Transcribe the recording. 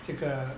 这个